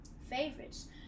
favorites